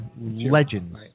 legends